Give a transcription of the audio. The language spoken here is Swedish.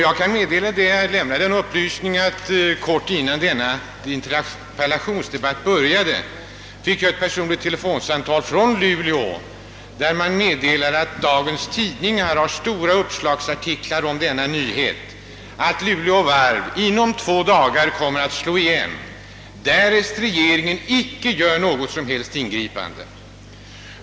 Jag kan lämna den upplysningen att jag kort innan denna interpellationsdebatt började fick ett personligt telefonsamtal från Luleå, varvid man meddelade att dagens tidningar har stort uppslagna artiklar om nyheten, att Luleå Varv kommer att slå igen inom två dagar, därest regeringen icke ingriper.